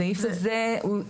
הסעיף הזה הוא